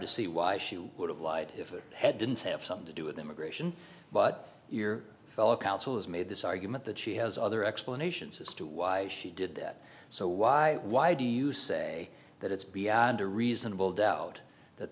to see why she would have lied if it had didn't have something to do with immigration but your fellow counsel has made this argument that she has other explanations as to why she did that so why why do you say that it's beyond a reasonable doubt that